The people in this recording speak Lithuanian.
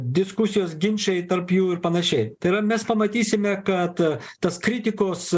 diskusijos ginčai tarp jų ir panašiai tai yra mes pamatysime kad tas kritikos